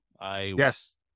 Yes